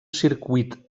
circuit